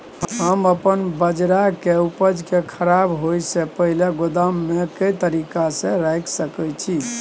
हम अपन बाजरा के उपज के खराब होय से पहिले गोदाम में के तरीका से रैख सके छी?